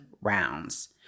rounds